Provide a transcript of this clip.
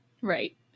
Right